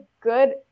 good